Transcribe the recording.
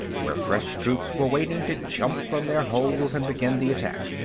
where fresh troops were waiting to jump from their holes and begin the attack.